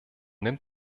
nimmt